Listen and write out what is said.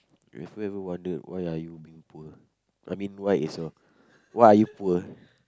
have you ever wondered why are you being poor I mean why is your why are you poor